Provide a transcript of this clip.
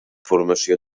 formació